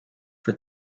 for